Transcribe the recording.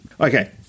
Okay